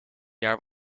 jaar